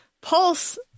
pulse